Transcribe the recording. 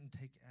take